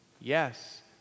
Yes